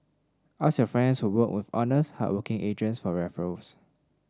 ask your friends who worked with honest hardworking agents for referrals